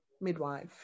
midwife